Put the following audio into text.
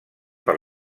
per